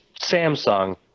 Samsung